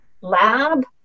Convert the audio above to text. lab